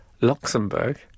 Luxembourg